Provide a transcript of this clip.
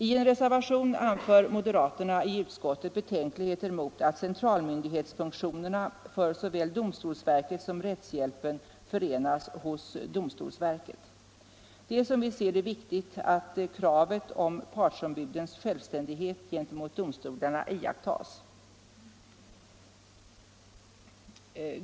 I en reservation anför vi moderater i utskottet betänkligheter mot att centralmyndighetsfunktionerna för såväl domstolsverket som rättshjälpen förenas hos domstolsverket. Det är, som vi ser det, viktigt att kravet på partsombudens självständighet gentemot domstolarna iakttas.